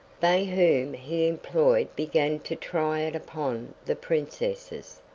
they whom he employed began to try it upon the princesses,